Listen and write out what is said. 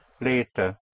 later